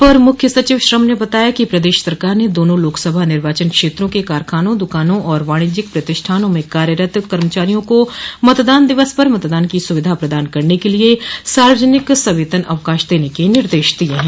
अपर मुख्य सचिव श्रम ने बताया कि प्रदेश सरकार ने दोनों लोकसभा निर्वाचन क्षेत्रों के कारखानों दुकानों और वाणिज्यिक प्रतिष्ठानों में कार्यरत कर्मचारियों को मतदान दिवस पर मतदान की सुविधा प्रदान करने के लिए सार्वजनिक सवेतन अवकाश देने के निर्देश दिये हैं